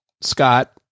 Scott